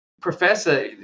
professor